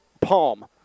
Palm